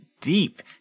deep